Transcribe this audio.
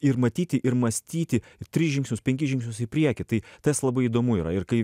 ir matyti ir mąstyti tris žingsnius penkis žingsnius į priekį tai tas labai įdomu yra ir kai